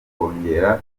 kongera